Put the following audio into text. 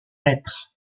maître